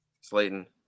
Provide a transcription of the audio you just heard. Slayton